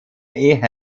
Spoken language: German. ehe